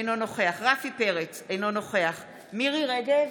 אינו נוכח רפי פרץ, אינו נוכח מירי מרים רגב,